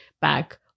back